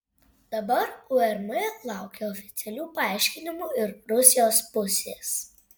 dabar urm laukia oficialių paaiškinimų ir rusijos pusės